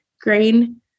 grain